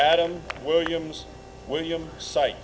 adam williams william site